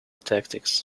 tactics